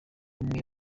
umwe